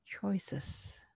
choices